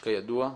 כידוע,